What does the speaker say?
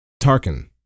Tarkin